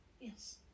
Yes